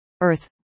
earth